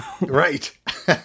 Right